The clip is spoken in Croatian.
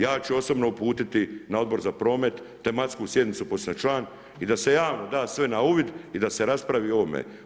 Ja ću osobno uputiti na Odbor za promet, tematsku sjednicu pošto sam član, i da se javno da sve na uvid i da se raspravi o ovome.